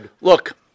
look